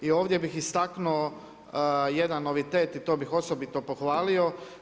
I ovdje bih istaknuo jedan novitet i to bih osobito pohvalio.